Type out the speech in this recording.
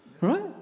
Right